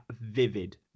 vivid